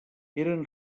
eren